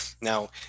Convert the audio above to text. now